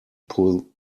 pull